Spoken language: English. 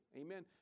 amen